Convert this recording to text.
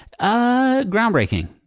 groundbreaking